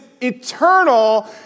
eternal